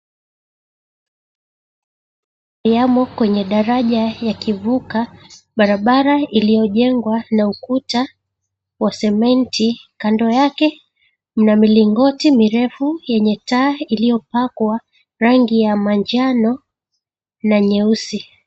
Yamo kwenye daraja ya kivuka barabara iliyojengwa na ukuta wa sementi kando yake mna milingoti mirefu yenye taa iliyopakwa rangi ya manjano na nyeusi.